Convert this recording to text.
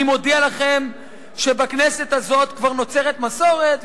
מודיע לכם שבכנסת הזאת כבר נוצרת מסורת",